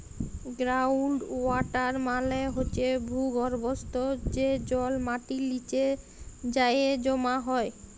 ground water মালে হছে ভূগর্ভস্থ যে জল মাটির লিচে যাঁয়ে জমা হয়